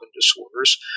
disorders